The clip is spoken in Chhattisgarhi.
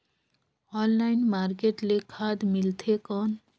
ऑनलाइन मार्केट ले खाद मिलथे कौन?